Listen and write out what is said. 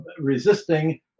resisting